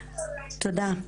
תודה.